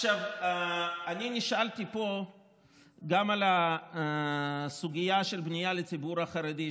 אני נשאלתי פה גם על הסוגיה של בנייה לציבור החרדי,